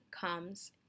comes